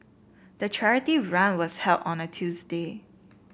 the charity run was held on a Tuesday